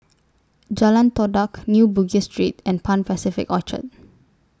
Jalan Todak New Bugis Street and Pan Pacific Orchard